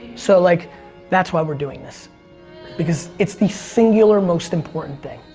so like that's why we're doing this because it's the singular most important thing.